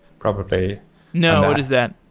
probably no. what is that?